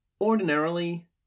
Ordinarily